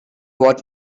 what